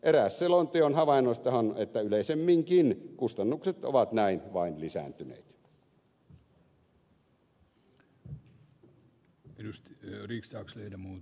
eräs selonteon havainnoistahan on että yleisemminkin kustannukset ovat näin vain lisääntyneet